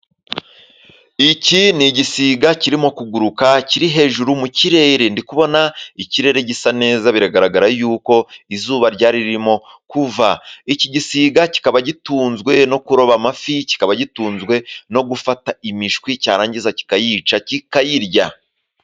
Iki ni igisiga kirimo kuguruka kiri hejuru mu kirere ndi kubona ikirere gisa neza biragaragara yuko izuba ryari ririmo kuva. Iki gisiga kikaba gitunzwe no kuroba amafi kikaba gitunzwe no gufata imishwi cyarangiza kikayica kikayirya.